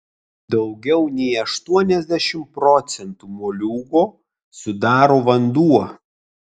daugiau nei aštuoniasdešimt procentų moliūgo sudaro vanduo